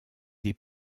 des